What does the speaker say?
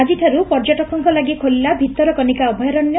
ଆକିଠାରୁ ପର୍ଯ୍ୟଟକଙ୍କ ଲାଗି ଖୋଲିଲା ଭିତରକନିକା ଅଭୟାରଣ୍ୟ